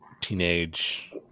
teenage